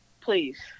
please